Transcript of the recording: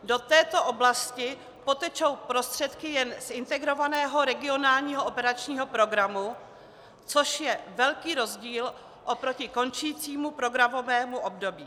Do této oblasti potečou prostředky jen z Integrovaného regionálního operačního programu, což je velký rozdíl oproti končícímu programovému období.